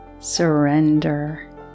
surrender